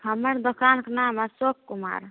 हमारा दुकान का नाम अशोक कुमार